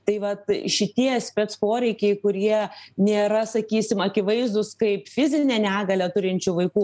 tai vat šitie spec poreikiai kurie nėra sakysim akivaizdūs kaip fizinę negalią turinčių vaikų